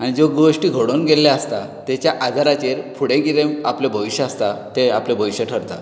आनी जे गोश्टी घडून गेल्ले आसता ताच्या आधाराचेर फुडें कितें आपलें भविश्य आसता तें आपलें भविश्य ठरता